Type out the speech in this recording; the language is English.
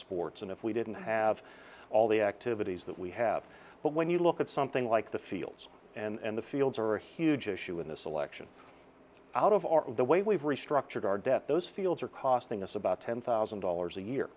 sports and if we didn't have all the activities that we have but when you look at something like the fields and the fields are a huge issue in this election out of our the way we've restructured our debt those fields are costing us about ten thousand dollars a year